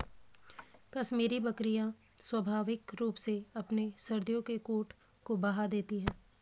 कश्मीरी बकरियां स्वाभाविक रूप से अपने सर्दियों के कोट को बहा देती है